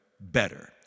better